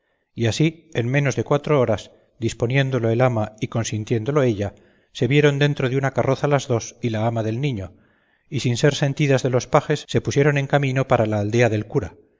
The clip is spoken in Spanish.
y así en menos de cuatro horas disponiéndolo el ama y consintiéndolo ella se vieron dentro de una carroza las dos y la ama del niño y sin ser sentidas de los pajes se pusieron en camino para la aldea del cura